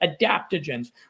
adaptogens